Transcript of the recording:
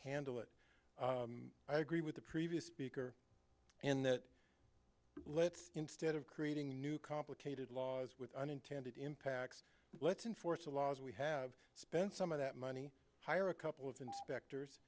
handle it i agree with the previous speaker and that let's instead of creating new complicated laws with unintended impacts let's enforce the laws we have spent some of that money hire a couple of inspectors